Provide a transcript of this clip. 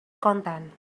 content